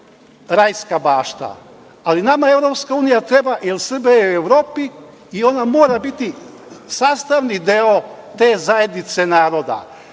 rajska bašta, ali nama EU treba jer Srbija je u Evropi i ona mora biti sastavni deo te zajednice naroda.